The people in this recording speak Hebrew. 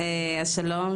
שלום,